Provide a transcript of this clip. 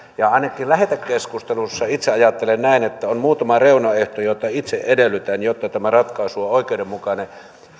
ainakin lähetekeskustelussa itse ajattelen näin että on muutama reunaehto joita itse edellytän jotta tämä ratkaisu on oikeudenmukainen